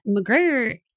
McGregor